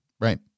right